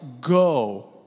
go